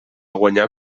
guanyar